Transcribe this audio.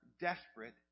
desperate